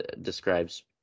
describes